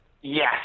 yes